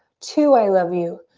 two, i love you.